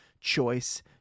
choice